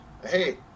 Hey